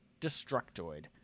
Destructoid